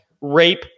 rape